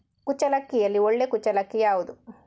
ಕುಚ್ಚಲಕ್ಕಿಯಲ್ಲಿ ಒಳ್ಳೆ ಕುಚ್ಚಲಕ್ಕಿ ಯಾವುದು?